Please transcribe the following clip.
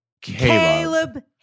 Caleb